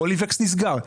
אוליבקס נסגר,